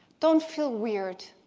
don't feel weird,